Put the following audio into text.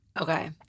Okay